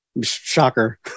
Shocker